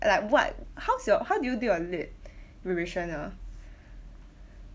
like what how's your how do you do your lit revision ah